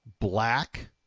black